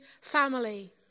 family